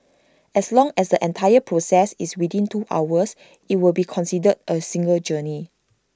as long as the entire process is within two hours IT will be considered A single journey